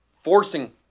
forcing